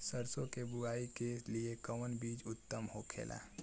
सरसो के बुआई के लिए कवन बिज उत्तम होखेला?